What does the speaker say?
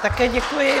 Také děkuji.